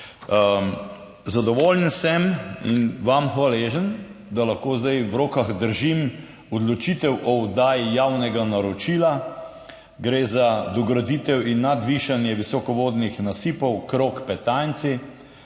Zadovoljen sem in vam hvaležen, da lahko zdaj v rokah držim odločitev o oddaji javnega naročila. Gre za dograditev in nadvišanje visokovodnih nasipov Krog–Petanjci.